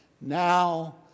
Now